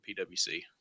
PwC